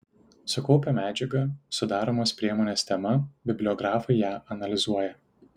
sukaupę medžiagą sudaromos priemonės tema bibliografai ją analizuoja